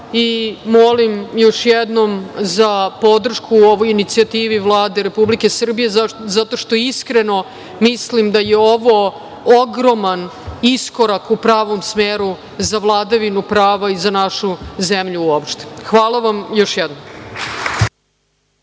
i molim još jednom za podršku ovoj inicijativi Vlade Republike Srbije, zato što iskreno mislim da je ovo ogroman iskorak u pravom smeru za vladavinu prava i za našu zemlju uopšte. Hvala vam još jednom.